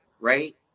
right